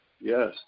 Yes